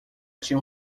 tinha